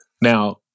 Now